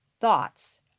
thoughts